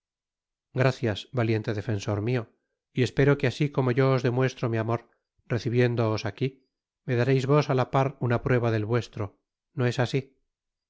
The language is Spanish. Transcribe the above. gracias valiente defensor mio y espero que asi como yo os demuestro mi amor recibiéndoos aqui me dareis vos á la par una prueba del vuestro no es asi